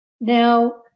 Now